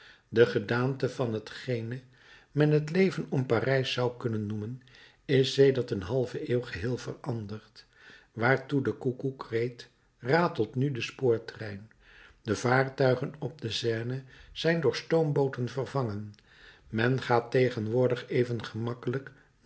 de gedaante van hetgene men het leven om parijs zou kunnen noemen is sedert een halve eeuw geheel veranderd waar toen de koekoek reed ratelt nu de spoortrein de vaartuigen op de seine zijn door stoombooten vervangen men gaat tegenwoordig even gemakkelijk